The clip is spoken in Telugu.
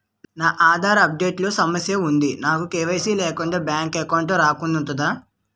నా ఆధార్ అప్ డేట్ లో సమస్య వుంది నాకు కే.వై.సీ లేకుండా బ్యాంక్ ఎకౌంట్దొ రుకుతుందా?